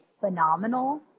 phenomenal